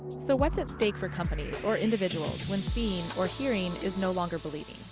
so what's at stake for companies or individuals when seeing or hearing is no longer believing?